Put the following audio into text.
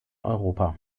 europa